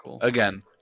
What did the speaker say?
again